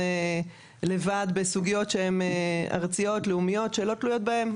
לבד בסוגיות שהן ארציות לאומיות שלא תלויות בהן.